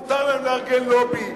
מותר להם לארגן לובי?